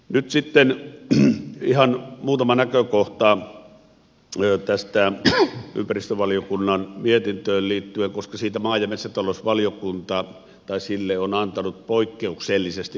nyt sitten ihan muutama näkökohta tähän ympäristövaliokunnan mietintöön liittyen koska siihen maa ja metsätalousvaliokunta on antanut poikkeuksellisesti yksimielisen lausunnon